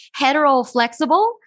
heteroflexible